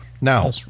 Now